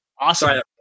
Awesome